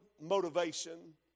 motivation